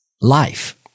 life